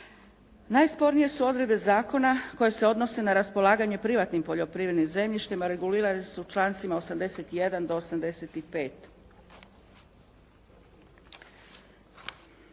Najspornije su odredbe zakona koje se odnose na raspolaganje privatnim poljoprivrednim zemljištem, a regulirane su člancima 81. do 85.